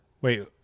Wait